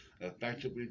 effectively